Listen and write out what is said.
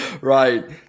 Right